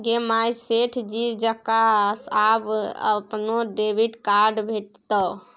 गे माय सेठ जी जकां आब अपनो डेबिट कार्ड भेटितौ